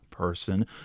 Person